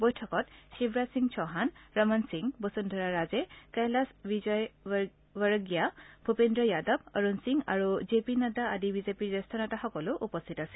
বৈঠকত শিৱৰাজ সিং চৌহান ৰমন সিং বসুন্ধৰা ৰাজে কৈলাশ বিজয় ৱৰগীয়া ভূপেন্দ্ৰ যাদৱ অৰুণ সিং আৰু J P Nadda আদি বিজেপিৰ জ্যেষ্ঠ নেতাসকলো উপস্থিত আছিল